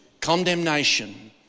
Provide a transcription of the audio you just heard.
condemnation